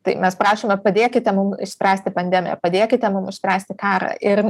tai mes prašome padėkite mum išspręsti pandemiją padėkite mum išspręsti karą ir